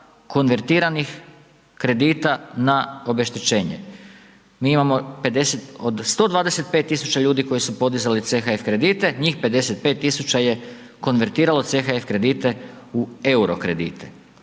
konvertiranih kredita na obeštećenje. Mi imamo 50 od 125 tisuća ljudi, koji su podizali CHF kredite, njih 55 tisuća je konvertiralo CHF kredite u euro kredite.